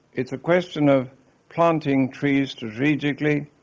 it's a question of planting trees strategically.